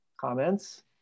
comments